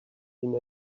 been